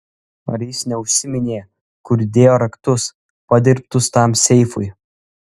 ar jis neužsiminė kur dėjo raktus padirbtus tam seifui